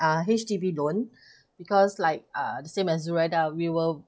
uh H_D_B loan because like uh the same as zuraidah we will